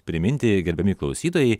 priminti gerbiami klausytojai